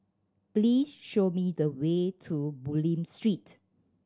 please show me the way to Bulim Street